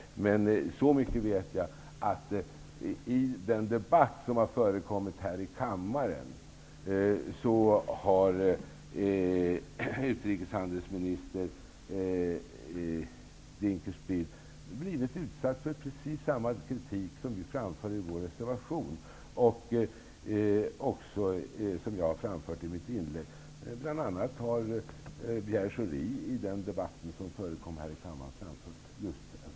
Men så mycket vet jag: I den debatt som har förekommit här i kammaren har utrikeshandelsminister Dinkelspiel blivit utsatt för precis samma kritik som vi framför i vår reservation och som jag har framfört i mitt inlägg. Bl.a. har Pierre Schori i den debatt som förekom här i kammaren framfört just en sådan kritik.